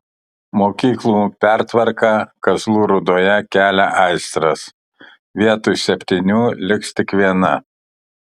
mokyklų pertvarka kazlų rūdoje kelia aistras vietoj septynių liks tik viena